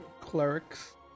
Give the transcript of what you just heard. clerics